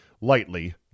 lightly